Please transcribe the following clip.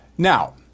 Now